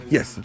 Yes